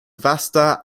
vasta